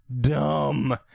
dumb